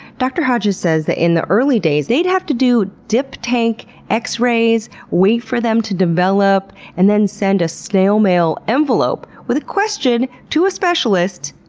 dr. hodges says that in the early days they'd have to do dip tank x-rays, wait for them to develop, and then send a snail mail envelope with a question, to a specialist,